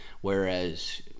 Whereas